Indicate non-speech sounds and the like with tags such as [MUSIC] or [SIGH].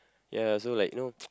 ya so like you know [NOISE]